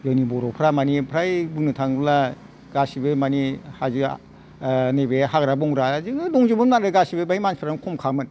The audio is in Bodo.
जोंनि बर'फ्रा मानि फ्राय बुंनो थाङोब्ला गासिबो मानि हाजोआ नैबे हाग्रा बंग्राजोंनो दंजोबोमोन आरो गासिबो बेहाय मानसिफ्रानो खम खामोन